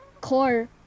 core